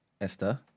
Esther